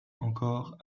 encore